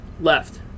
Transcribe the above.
left